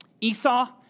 Esau